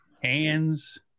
hands